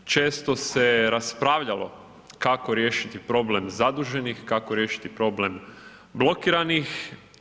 Često se raspravljalo kako riješiti problem zaduženih, kako riješiti problem blokiranih.